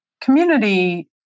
community